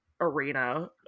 arena